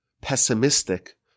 pessimistic